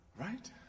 Right